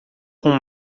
com